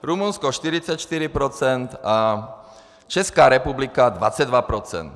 Rumunsko 44 % a Česká republika 22 %.